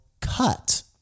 cut